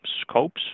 scopes